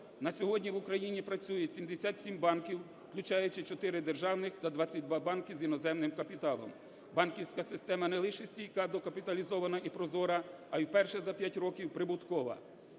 На сьогодні в Україні працюють 77 банків, включаючи 4 державних та 22 банки з іноземним капіталом. Банківська система не лише стійка, докапіталізована і прозора, а й вперше за 5 років прибуткова.